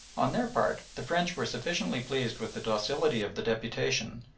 on their part the french were sufficiently pleased with the docility of the deputation,